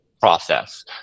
process